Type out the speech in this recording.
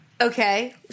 Okay